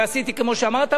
ועשיתי כמו שאמרת,